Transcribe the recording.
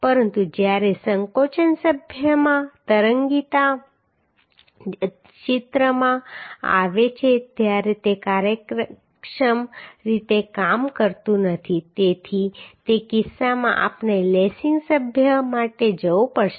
પરંતુ જ્યારે સંકોચન સભ્યમાં તરંગીતા ચિત્રમાં આવે છે ત્યારે તે કાર્યક્ષમ રીતે કામ કરતું નથી તેથી તે કિસ્સામાં આપણે લેસિંગ સભ્ય માટે જવું પડશે